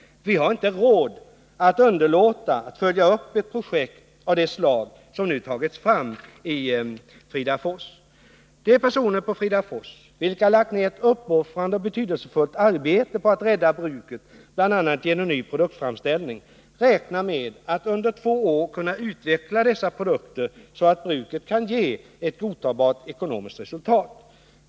Vi har inte råd att underlåta att följa upp ett projekt av det slag som nu tagits fram i Fridafors. De personer på Fridafors vilka lagt ner ett uppoffrande och betydelsfullt arbete på att rädda bruket, bl.a. genom ny produktframställning, räknar med att under två år kunna utveckla dessa produkter så att bruket kan ge godtagbart ekonomiskt resultat.